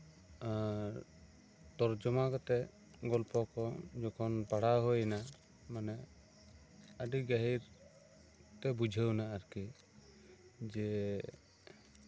ᱟᱨ ᱛᱚᱨᱡᱚᱢᱟ ᱠᱟᱛᱮᱜ ᱜᱚᱞᱯᱚ ᱠᱚ ᱡᱚᱠᱷᱚᱱ ᱯᱟᱲᱦᱟᱣ ᱦᱩᱭ ᱱᱟ ᱢᱟᱱᱮ ᱟᱹᱰᱤ ᱜᱟᱹᱦᱤᱨ ᱛᱮ ᱵᱩᱡᱷᱟᱹᱣᱱᱟ ᱟᱨᱠᱤ ᱡᱮ